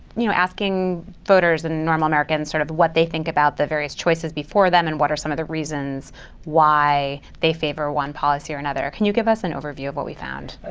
you know asking voters and normal americans sort of what they think about the various choices before them. and what are some of the reasons why they favor one policy or another. can you give us an overview of what we found?